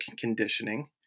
conditioning